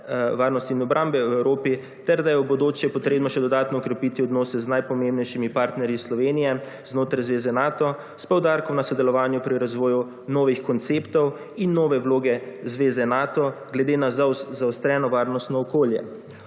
varnostni in obrambe v Evropi, ter da je v bodoče potrebno še dodatno okrepiti odnose z najpomembnejšimi partnerji Slovenije znotraj Zveza Nato s poudarkom na sodelovanju pri razvoju novih konceptov in nove vloge Zveze Nato glede na zaostreno varnostno okolje.